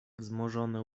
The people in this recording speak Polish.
wzmożone